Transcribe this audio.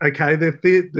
okay